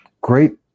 great